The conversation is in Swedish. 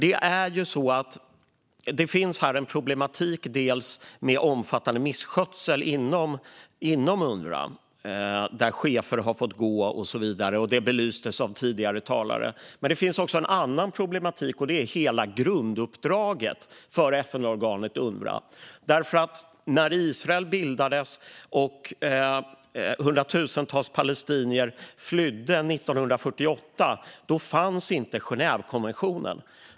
Här finns en problematik dels med omfattande misskötsel inom Unrwa, där chefer har fått gå och så vidare, vilket belystes av tidigare talare, dels gällande hela grunduppdraget för FN-organet Unrwa. När Israel bildades 1948 och hundratusentals palestinier flydde fanns inte Genèvekonventionen.